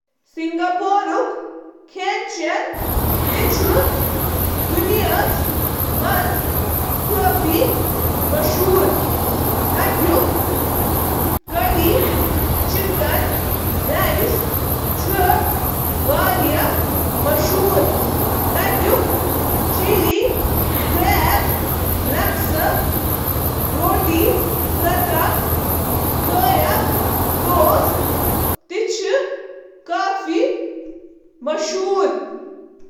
کینٛہہ مشہوٗر سِنٛگاپوٗرٕکہِ ہاکر یا کوپیٹِیَم سِنٮ۪ن منٛز چھِ کایا ٹوسٹ، مرٕژ کیکڑٕ، گاڈٕ ہیڈ کری، لکسا، روٹی پرتا تہٕ ہینینیز چکن توٚمُل شٲمِل، یُس بٔڑِس پیمانَس پٮ۪ٹھ سنگاپور کٮ۪و قومی کھٮ۪نَو منٛز اکھ ماننہٕ چھُ یِوان۔